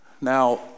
Now